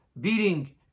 beating